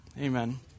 Amen